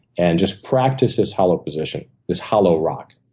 and just practice this hollow position, this hollow rock.